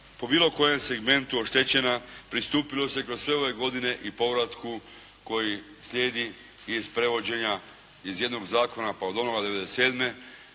po bilo kojem segmentu oštećena, pristupilo se kroz sve ove godine i povratku koji slijedi iz prevođenja iz jednog zakona pa do onoga 97.